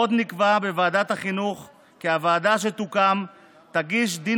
עוד נקבע בוועדת החינוך כי הוועדה שתוקם תגיש דין